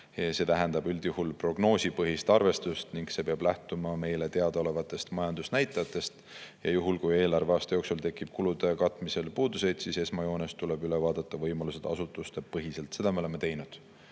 See tähendab üldjuhul prognoosipõhist arvestust ning see peab lähtuma meile teadaolevatest majandusnäitajatest. Juhul, kui eelarveaasta jooksul tekib kulude katmisel puuduseid, siis esmajoones tuleb võimalused üle vaadata asutusepõhiselt. Seda me oleme teinud.